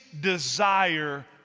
desire